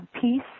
peace